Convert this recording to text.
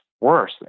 worse